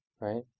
right